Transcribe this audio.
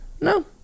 no